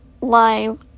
live